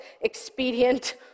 expedient